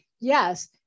yes